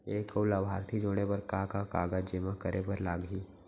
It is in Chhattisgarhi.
एक अऊ लाभार्थी जोड़े बर का का कागज जेमा करे बर लागही?